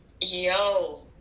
Yo